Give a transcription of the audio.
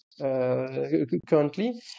currently